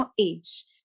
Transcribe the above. age